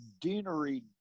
deanery